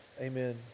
Amen